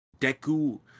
Deku